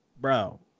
bro